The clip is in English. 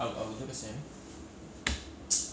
if 我们应该 email prof dear prof